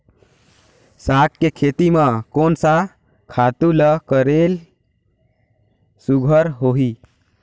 साग के खेती म कोन स खातु ल करेले सुघ्घर होही?